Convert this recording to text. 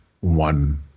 one